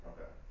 Okay